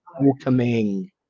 welcoming